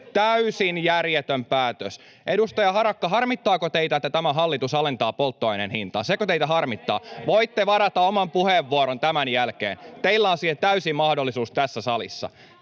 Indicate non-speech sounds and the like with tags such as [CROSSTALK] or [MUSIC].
Persujen päätös!] — Edustaja Harakka, harmittaako teitä, että tämä hallitus alentaa polttoaineen hintaa? Sekö teitä harmittaa? [NOISE] Voitte varata oman puheenvuoron tämän jälkeen, teillä on siihen täysi mahdollisuus tässä salissa.